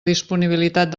disponibilitat